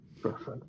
Perfect